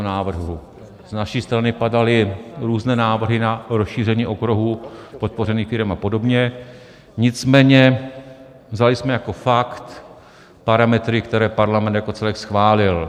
Z naší strany padaly různé návrhy na rozšíření okruhu podpořených firem apod., nicméně vzali jsme jako fakt parametry, které Parlament jako celek schválil.